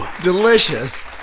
delicious